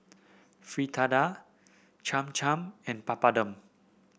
Fritada Cham Cham and Papadum